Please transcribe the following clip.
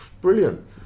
brilliant